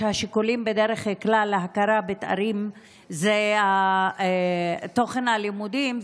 השיקולים להכרה בתארים הם בדרך כלל תוכן הלימודים,